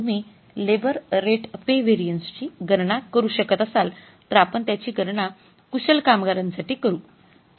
जर तुम्ही labour rate pay variance ची गणना करू शकत असाल तर आपण त्याची गणना कुशल कामगारांसाठी करू